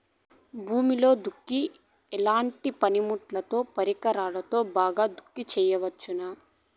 భూమిలో దుక్కి ఎట్లాంటి పనిముట్లుతో, పరికరాలతో బాగా దుక్కి చేయవచ్చున?